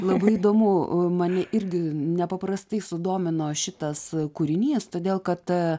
labai įdomu mane irgi nepaprastai sudomino šitas a kūrinys todėl kad a